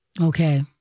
Okay